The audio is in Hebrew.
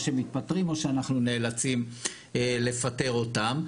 או שמתפטרים או שאנחנו נאלצים לפטר אותם.